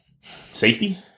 safety